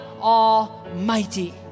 almighty